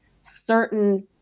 certain